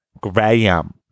Graham